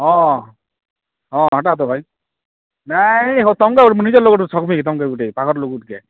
ହଁ ହଁ ହେଟା ତ ଭାଇ ନାଇଁ ହୋ ତୁମକୁ ଆଉ ମୁଁ ନିଜର ଲୋକଠୁ ଠକିବି ଯେ ତୁମକେ ଗୁଟେ ପାଗଲ୍ ଲୋକ ଗୁଟେ